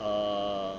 err